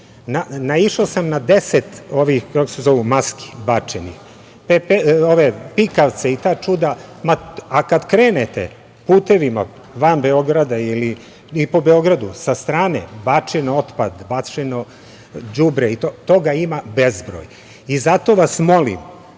Naišao sam na deset maski bačenih, pikavce i ta čuda, a kada krenete putevima van Beograda ili po Beogradu sa strane bačen otpad, bačeno đubre i toga ima bezbroj. Zato vas molim,